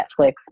Netflix